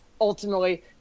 ultimately